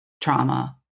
trauma